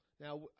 Now